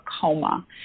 coma